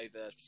over